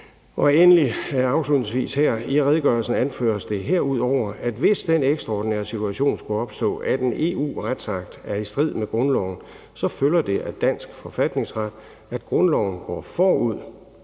Endelig afslutningsvis her: »I redegørelsen anføres det herudover, at hvis den ekstraordinære situation skulle opstå, at en EU-retsakt er i strid med grundloven, følger det af dansk forfatningsret, at grundloven går forud